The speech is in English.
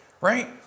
Right